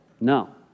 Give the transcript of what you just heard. No